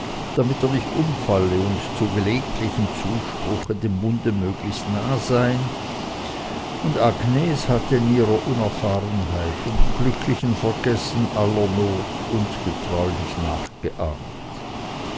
damit er nicht umfalle und zu gelegentlichem zuspruch dem munde möglichst nah sei und agnes hatte in ihrer unerfahrenheit und im glücklichen vergessen aller not uns getreulich nachgeahmt